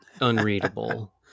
unreadable